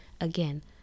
again